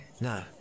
No